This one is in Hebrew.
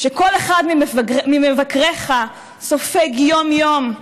שכל אחד ממבקריך סופג יום-יום,